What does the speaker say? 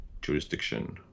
jurisdiction